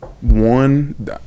one